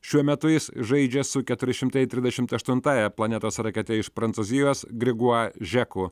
šiuo metu jis žaidžia su keturi šimtai trisdešimt aštuntąją planetos rakete iš prancūzijos grigua žeku